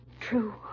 true